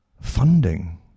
funding